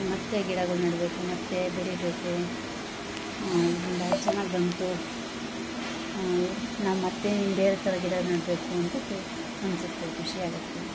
ಮತ್ತು ಗಿಡಗಳು ನೆಡಬೇಕು ಮತ್ತು ಬೆಳಿಬೇಕು ಚೆನ್ನಾಗ್ ಬಂತು ನಾ ಮತ್ತು ಬೇರೆ ಥರ ಗಿಡ ನೆಡ್ಬೇಕು ಅಂತ ಅನಿಸುತ್ತೆ ಖುಷಿಯಾಗುತ್ತೆ